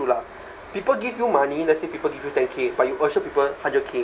lah people give you money let's say people give you ten K but you assured people hundred K